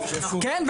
כן.